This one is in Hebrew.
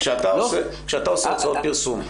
כשאתה עושה הוצאות פרסום,